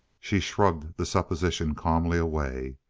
she shrugged the supposition calmly away.